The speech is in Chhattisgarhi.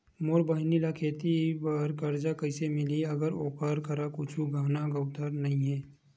मोर बहिनी ला खेती बार कर्जा कइसे मिलहि, अगर ओकर करा कुछु गहना गउतरा नइ हे?